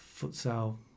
futsal